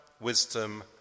wisdom